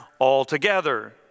altogether